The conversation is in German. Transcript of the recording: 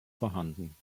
vorhanden